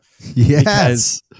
Yes